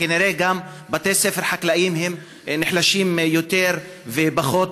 כנראה גם בתי הספר החקלאיים נחלשים יותר ופוחתים,